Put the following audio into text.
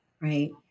right